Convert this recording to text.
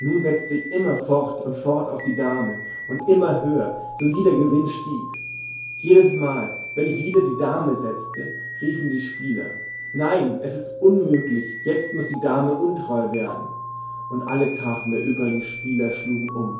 nun setzte ich immer fort und fort auf die dame und immer höher so wie der gewinn stieg jedesmal wenn ich wieder die dame setzte riefen die spieler nein es ist unmöglich jetzt muß die dame untreu werden und alle karten der übrigen spieler schlugen um